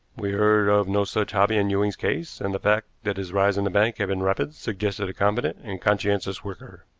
we heard of no such hobby in ewing's case, and the fact that his rise in the bank had been rapid suggested a competent and conscientious worker.